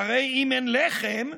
שהרי אם אין לחם,